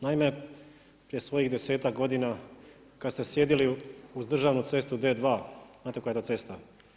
Naim, prije svojih 10-tak godina, kada ste sjedili uz državnu cestu D2, znate koja je to cesta?